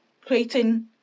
creating